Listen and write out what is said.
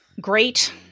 great